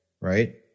right